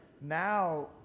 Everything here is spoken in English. now